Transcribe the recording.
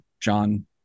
John